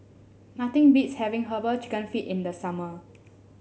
nothing beats having herbal chicken feet in the summer